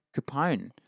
Capone